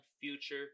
future